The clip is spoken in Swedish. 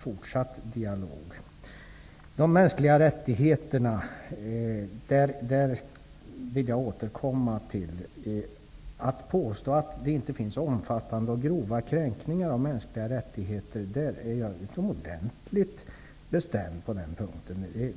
fortsatt dialog. Jag vill återkomma till frågan om de mänskliga rättigheterna. På en punkt är jag utomordentligt bestämd.